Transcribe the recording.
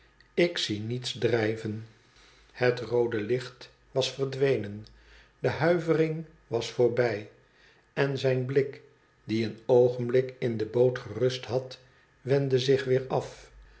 tik zie niets drijven het roode licht was verdwenen de huivering was voorbij en zijn blik die een oogenblik in de boot geiust had wendde zich weer af